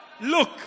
Look